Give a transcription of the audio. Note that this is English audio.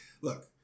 Look